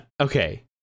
okay